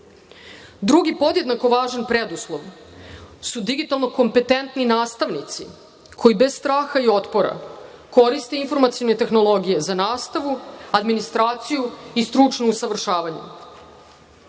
podjednako važan, preduslov su digitalno kompetentni nastavnici koji bez straha i otpora koriste informacione tehnologije za nastavu, administraciju i stručno usavršavanje.